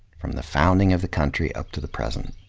from the founding of the country up to the present.